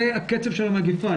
זה הקצב של המגפה.